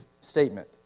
statement